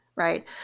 Right